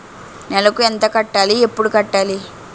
నెలకు ఎంత కట్టాలి? ఎప్పుడు కట్టాలి?